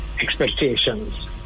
expectations